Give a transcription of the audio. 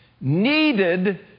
needed